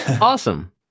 Awesome